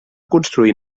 construir